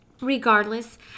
Regardless